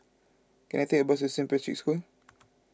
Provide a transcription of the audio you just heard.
can I take a bus to Saint Patrick's School